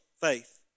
Faith